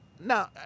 Now